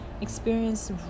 experience